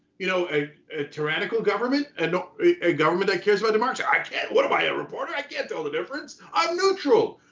you know a a tyrannical government and a government that cares about the march. i can't. what am i a reporter i can't tell the difference. i'm neutral.